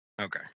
Okay